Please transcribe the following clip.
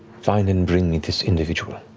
find and bring me this individual.